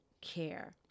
care